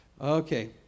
Okay